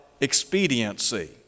expediency